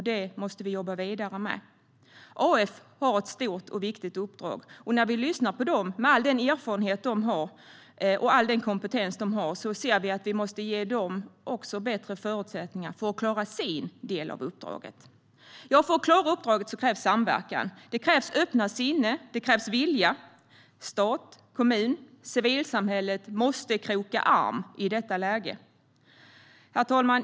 Det måste vi jobba vidare med. Arbetsförmedlingen har ett stort och viktigt uppdrag. När vi lyssnar på dem, med all den erfarenhet och kompetens de har, ser vi att vi också måste ge dem bättre förutsättningar för att klara sin del av uppdraget. För att klara uppdraget krävs samverkan. Det krävs öppna sinnen och vilja. Stat, kommun och civilsamhälle måste kroka arm i detta läge. Herr talman!